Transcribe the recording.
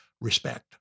respect